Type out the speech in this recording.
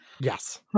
yes